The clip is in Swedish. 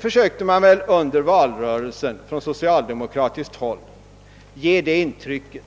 Socialdemokraterna försökte under valrörelsen ge det intrycket,